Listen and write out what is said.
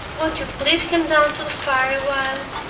won't you please come down to the fire awhile?